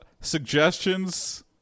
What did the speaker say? suggestions